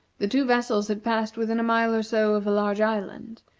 the two vessels had passed within a mile or so of a large island,